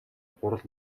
хурал